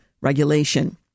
regulation